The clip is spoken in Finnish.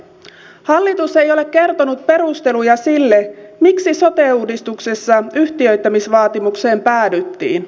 hallitus ei ole kertonut perusteluja sille miksi sote uudistuksessa yhtiöittämisvaatimukseen päädyttiin